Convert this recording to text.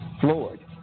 floored